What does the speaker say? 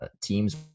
teams